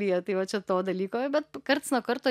lyja tai va čia to dalyko bet karts nuo karto